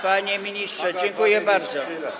Panie ministrze, dziękuję bardzo.